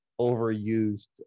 overused